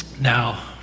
Now